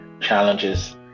challenges